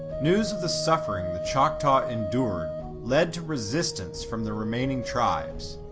news of the suffering the choctaw endured led to resistance from the remaining tribes.